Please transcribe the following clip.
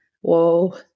whoa